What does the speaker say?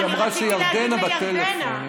היא אמרה שירדנה בטלפון.